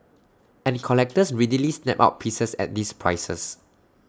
and collectors readily snap up pieces at these prices